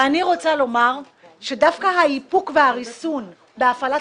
אני רוצה לומר שדווקא האיפוק והריסון בהפעלת